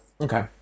Okay